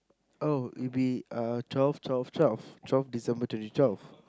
oh it'll be twelve twelve twelve twelve December twenty twelve